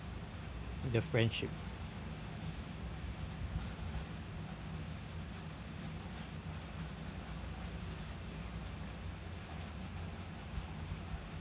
their friendship